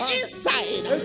inside